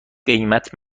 قیمت